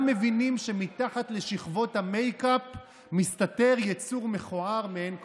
מבינים שמתחת לשכבות המייק-אפ מסתתר יצור מכוער מאין כמותו.